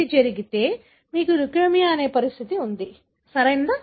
ఇది జరిగితే మీకు లుకేమియా అనే పరిస్థితి ఉంటుంది సరియైనది కదా